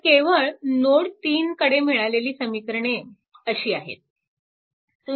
तर केवळ नोड 3 कडे मिळालेली समीकरणे अशी आहेत